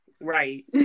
Right